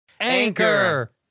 Anchor